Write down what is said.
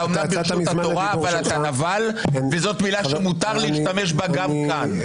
אתה אומר ברשות התורה אבל אתה נבל וזאת מילה שמותר לי להשתמש בה גם כאן.